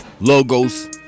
logos